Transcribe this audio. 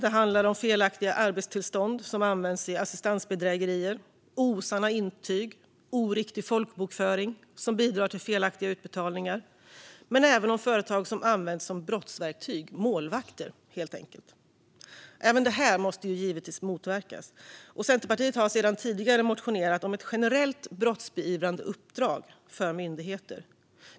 Det handlar om felaktiga arbetstillstånd som används vid assistansbedrägerier, osanna intyg och oriktig folkbokföring som bidrar till felaktiga utbetalningar. Men det handlar även om företag som används som brottsverktyg - målvakter, helt enkelt. Även detta måste givetvis motverkas. Centerpartiet har tidigare motionerat om ett generellt brottsbeivrande uppdrag för myndigheter.